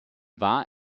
war